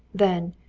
then,